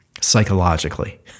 psychologically